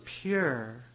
pure